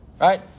right